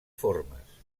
formes